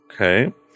Okay